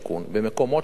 במקומות שזה מתאים,